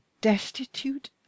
destitute